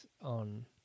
on